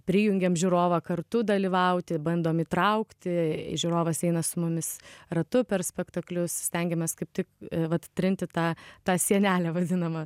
prijungiam žiūrovą kartu dalyvauti bandom įtraukti žiūrovas eina su mumis ratu per spektaklius stengiamės kaip tik vat trinti tą tą sienelę vadinamą